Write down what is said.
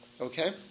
Okay